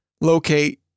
locate